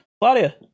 claudia